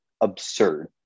absurd